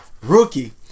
Rookie